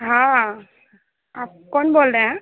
हाँ आप कौन बोल रहे हैं